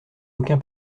aucun